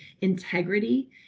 integrity